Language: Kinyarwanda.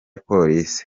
polisi